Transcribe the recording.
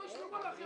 הצעת החוק נתקבלה.